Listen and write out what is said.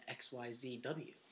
XYZW